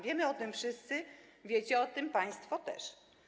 Wiemy o tym wszyscy, wiecie o tym państwo też.